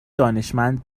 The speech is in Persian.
دانشمند